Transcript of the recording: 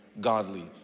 godly